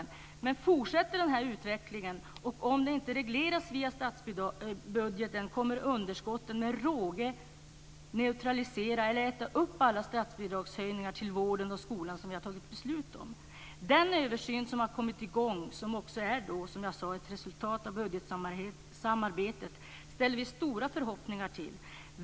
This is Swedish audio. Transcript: Men fortsätter den här utvecklingen, och om den inte regleras via statsbudgeten, kommer underskottet med råge att neutralisera eller äta upp alla statsbidragshöjningar till vården och skolan som vi har fattat beslut om. Den översyn som har kommit i gång och som också, som jag sade, är ett resultat av budgetsamarbetet, har vi stora förhoppningar på.